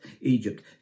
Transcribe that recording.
Egypt